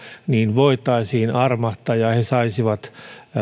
voitaisiin armahtaa ja he saisivat